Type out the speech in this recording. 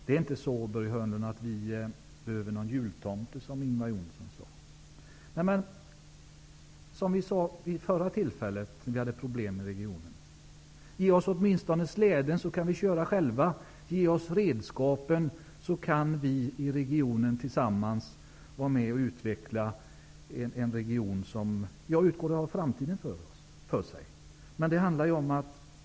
Som Ingvar Johnsson sade: Vi behöver inte någon jultomte, Börje Hörnlund! Vid förra tillfället då vi hade problem i regionen sade vi: Giv oss åtminstone släden, så kan vi köra själva! Ge oss redskapen, så kan vi i regionen tillsammans utveckla en region som, utgår jag från, har framtiden för sig!